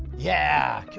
yeah!